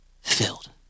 filled